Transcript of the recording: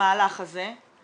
למהלך הזה,